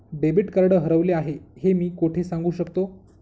Debit card हरवले आहे हे मी कोठे सांगू शकतो?